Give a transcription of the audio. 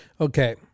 Okay